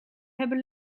hebben